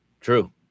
true